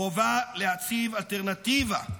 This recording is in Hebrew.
חובה להציב אלטרנטיבה.